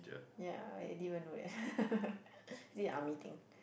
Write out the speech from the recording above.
ya I didn't even know that is it a army thing